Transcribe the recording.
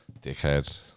dickhead